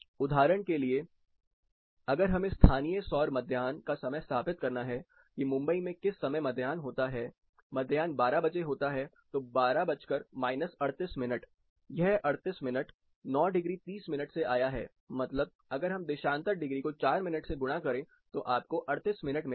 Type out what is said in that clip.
उदाहरण के लिए अगर हमें स्थानीय सौर मध्याह्न का समय स्थापित करना है की मुंबई में किस समय मध्याह्न होता है मध्याह्न 1200 बजे होता है तो 1200 38' मिनट यह 38 मिनट 9 डिग्री 30 मिनट से आया है मतलब अगर हम हर देशांतर डिग्री को 4 मिनट से गुणा करें तो आपको 38 मिनट मिलेगा